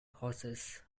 horses